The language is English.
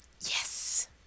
Yes